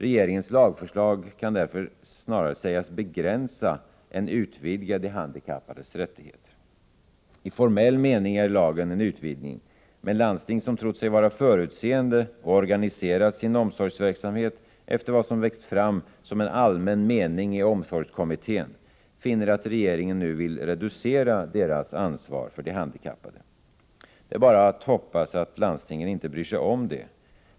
Regeringens lagförslag kan därför snarare sägas begränsa än utvidga de handikappades rättigheter. I formell mening är lagen en utvidgning. Men landsting som trott sig vara förutseende och organiserat sin omsorgsverksamhet efter vad som växt fram som en allmän mening i omsorgskommittén, finner att regeringen nu vill reducera deras ansvar för de handikappade. Det är bara att hoppas att landstingen inte bryr sig om det.